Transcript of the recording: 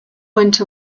went